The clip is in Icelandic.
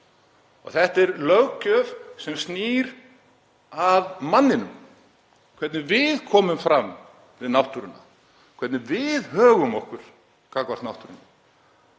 Þetta er löggjöf sem snýr að manninum, hvernig við komum fram við náttúruna og hvernig við högum okkur gagnvart náttúrunni.